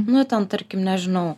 nu ten tarkim nežinau